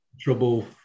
trouble